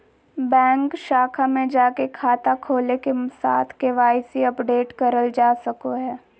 bank शाखा में जाके खाता खोले के साथ के.वाई.सी अपडेट करल जा सको हय